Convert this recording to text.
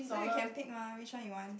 so you can pick mah which one you want